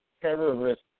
terrorist